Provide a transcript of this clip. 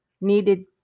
needed